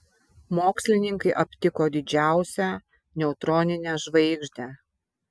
mokslininkai aptiko didžiausią neutroninę žvaigždę